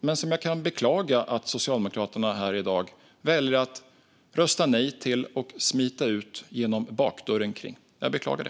Men jag beklagar att Socialdemokraterna här i dag väljer att rösta nej till detta och att smita ut genom bakdörren. Jag beklagar det.